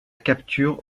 capture